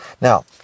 now